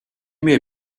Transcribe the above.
may